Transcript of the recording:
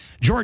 George